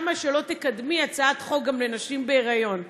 למה שלא תקדמי הצעת חוק גם לנשים בהיריון?